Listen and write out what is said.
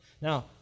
Now